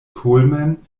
coleman